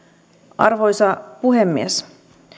arvoisa puhemies